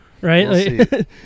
right